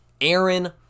Aaron